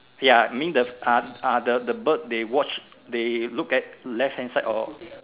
ya mean the ah ah the bird they watch they look at left hand side or